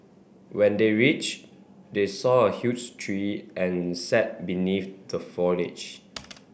when they reached they saw a huge tree and sat beneath the foliage